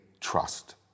trust